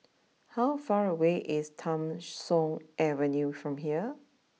how far away is Tham Soong Avenue from here